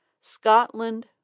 scotland